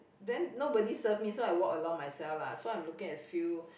then nobody serve me so I walk along myself lah so I'm looking at few